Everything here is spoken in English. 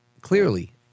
clearly